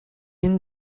این